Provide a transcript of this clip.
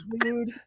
dude